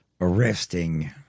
arresting